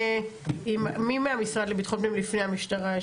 מי מהמשרד לביטחון פנים לפני המשטרה,